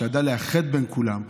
שידע לאחד בין כולם,